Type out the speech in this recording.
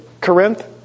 Corinth